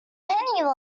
penny